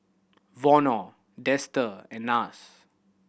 Vono Dester and Nars